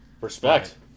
Respect